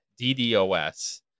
ddos